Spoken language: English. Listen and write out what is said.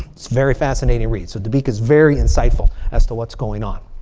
it's very fascinating read. so dabiq is very insightful as to what's going on.